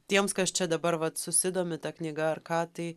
tiems kas čia dabar vat susidomi ta knyga ar ką tai